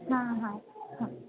हां हां हां